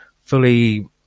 fully